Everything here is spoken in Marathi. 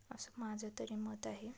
असं माझं तरी मत आहे